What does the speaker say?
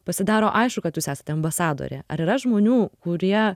pasidaro aišku kad jūs esate ambasadorė ar yra žmonių kurie